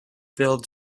build